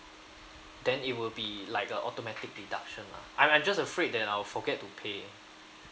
then it will be like a automatic deduction lah I'm I'm just afraid that I'll forget to pay